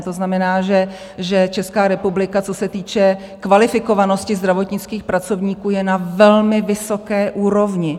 To znamená, že Česká republika, co se týče kvalifikovanosti zdravotnických pracovníků, je na velmi vysoké úrovni.